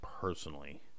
personally